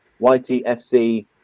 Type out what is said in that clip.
YTFC